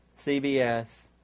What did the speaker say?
CBS